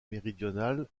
méridionale